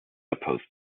supposed